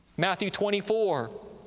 matthew twenty four,